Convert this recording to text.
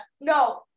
no